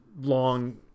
long